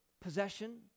possession